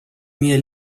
minha